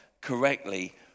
correctly